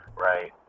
right